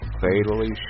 fatally